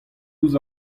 ouzh